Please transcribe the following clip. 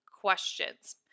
questions